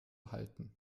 halten